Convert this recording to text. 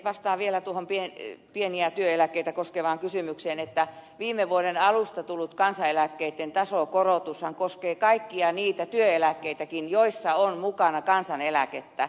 vastaan vielä tuohon pieniä työeläkkeitä koskevaan kysymykseen että viime vuoden alusta tullut kansaneläkkeitten tasokorotushan koskee kaikkia niitä työeläkkeitäkin joissa on mukana kansaneläkettä